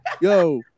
Yo